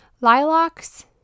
lilacs